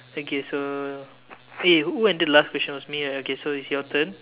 okay so eh who ended the last question was me right so it's your turn